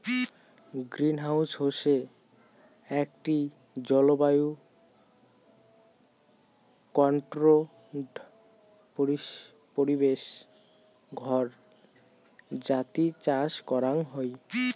greenhouse হসে আকটি জলবায়ু কন্ট্রোল্ড পরিবেশ ঘর যাতি চাষ করাং হই